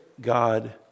God